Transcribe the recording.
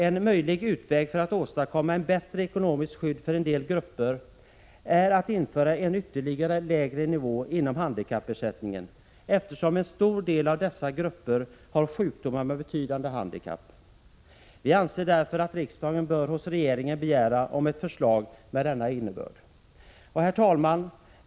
En möjlig utväg för att åstadkomma ett bättre ekonomiskt skydd för en del grupper är att införa en ännu lägre nivå inom handikappersättningen, eftersom en stor del av dessa grupper har sjukdomar som innebär betydande handikapp. Vi anser därför att riksdagen hos regeringen bör begära ett förslag med denna innebörd. Herr talman!